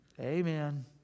Amen